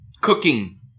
cooking